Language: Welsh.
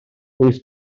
wyth